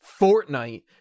Fortnite